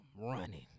running